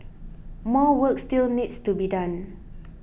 more work still needs to be done